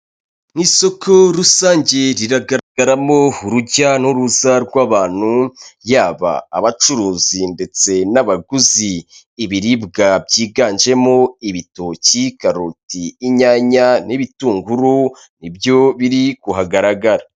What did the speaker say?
Ni isoko rusange, riragaragaramo urujya n'uruza rw'abantu yaba abacuruzi ndetse n'abaguzi. Ibiribwa byiganjemo ibitoki, karoti, inyanya n'ibitunguru n'ibyo biri kuhagaragara.